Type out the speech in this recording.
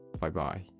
Bye-bye